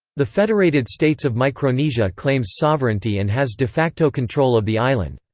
the federated states of micronesia claims sovereignty and has de facto control of the island.